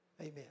Amen